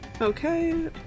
Okay